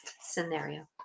scenario